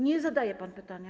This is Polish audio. Nie zadaje pan pytania?